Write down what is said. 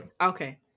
Okay